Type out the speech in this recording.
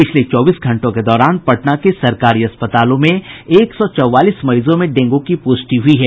पिछले चौबीस घंटों के दौरान पटना के सरकारी अस्पतालों में एक सौ चौवालीस मरीजों में डेंगू की पुष्टि हुयी है